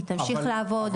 היא תמשיך לעבוד.